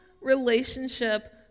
relationship